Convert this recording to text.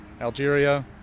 Algeria